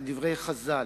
על דברי חז"ל.